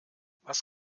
was